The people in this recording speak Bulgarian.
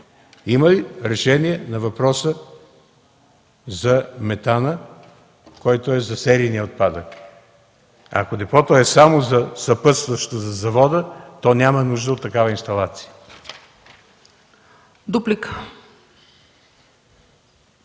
има ли решение на въпроса за метана, който е за серийния отпадък? Ако депото е само съпътстващо за завода, то няма нужда от такава инсталация.